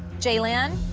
jaylynn